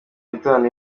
nitanu